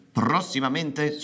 prossimamente